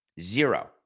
zero